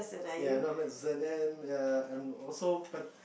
ya not maths was the end ya and also